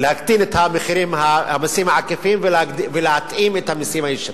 להקטין את המסים העקיפים ולהתאים את המסים הישירים.